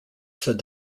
said